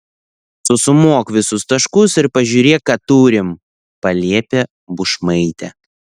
susumuok visus taškus ir pažiūrėk ką turim paliepė bušmaitė